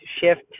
shift